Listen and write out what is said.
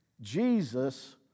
Jesus